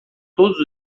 todos